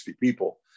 people